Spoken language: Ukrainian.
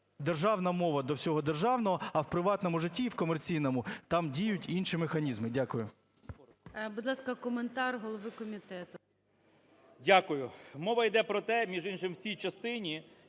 державна мова до всього державного, а в приватному житті і в комерційному там діють інші механізми. Дякую.